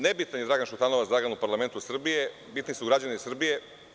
Ne bitan je Dragan Šutanovac, Dragan u Parlamentu Srbije, bitni su građani Srbije.